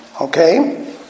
Okay